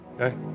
Okay